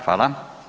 Hvala.